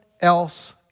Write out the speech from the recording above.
else